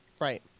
right